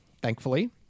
thankfully